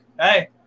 Hey